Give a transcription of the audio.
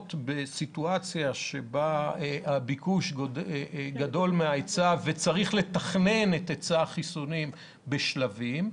בסיטואציה שבה הביקוש גדול מההיצע וצריך לתכנן את היצע החיסונים בשלבים,